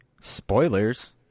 spoilers